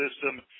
system